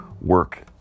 work